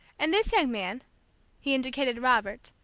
and this young man he indicated robert,